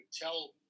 tell